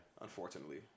Unfortunately